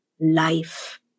life